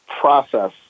process